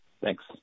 Thanks